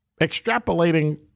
extrapolating